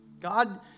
God